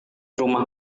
rumah